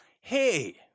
hey